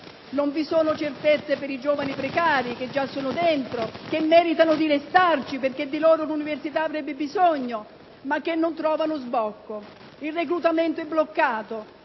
Non vi sono certezze per i giovani precari che già sono dentro, che meritano di restarci, perché di loro l'università avrebbe bisogno, ma che non trovano sbocco. Il reclutamento è bloccato: